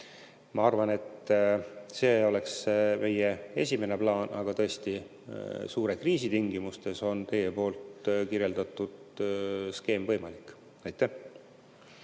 Ma arvan, et see oleks meie esimene plaan, aga tõesti, suure kriisi tingimustes on teie kirjeldatud skeem võimalik. Aitäh,